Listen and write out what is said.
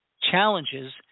challenges